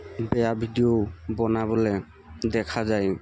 বেয়া ভিডিঅ' বনাবলৈ দেখা যায়